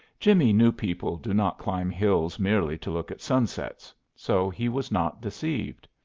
jimmie knew people do not climb hills merely to look at sunsets, so he was not deceived.